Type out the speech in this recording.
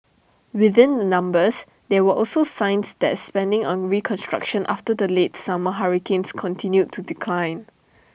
within the numbers there were also were signs that spending on reconstruction after the late summer hurricanes continued to decline